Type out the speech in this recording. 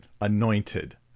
anointed